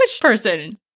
person